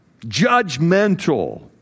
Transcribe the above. judgmental